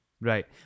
Right